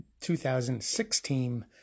2016